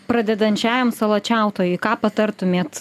pradedančiajam salačiautojui ką patartumėt